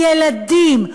ילדים,